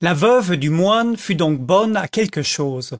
la veuve du moine fut donc bonne à quelque chose